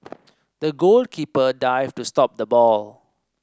the goalkeeper dived to stop the ball